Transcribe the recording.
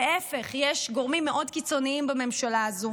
להפך, יש גורמים קיצוניים מאוד בממשלה הזו